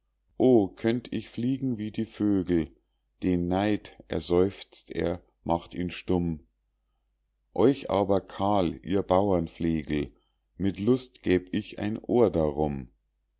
o könnt ich fliegen wie die vögel den neid erseufzt er macht ich stumm euch aber kahl ihr bauerflegel mit lust gäb ich ein ohr darum